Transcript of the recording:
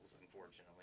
unfortunately